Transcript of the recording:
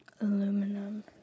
Aluminum